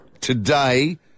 today